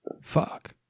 Fuck